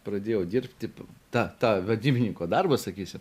pradėjau dirbti tą tą vadybininko darbą sakysiu